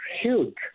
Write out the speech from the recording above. huge